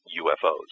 UFOs